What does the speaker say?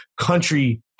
country